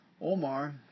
Omar